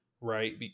right